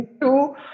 two